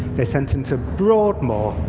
they sent him to broadmoor.